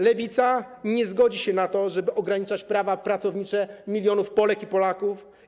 Lewica nie zgodzi się na to, żeby ograniczać prawa pracownicze milionów Polek i Polaków.